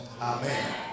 amen